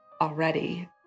already